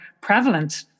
prevalent